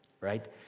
right